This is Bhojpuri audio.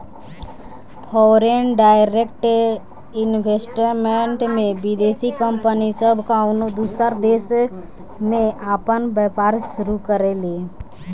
फॉरेन डायरेक्ट इन्वेस्टमेंट में विदेशी कंपनी सब कउनो दूसर देश में आपन व्यापार शुरू करेले